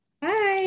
Bye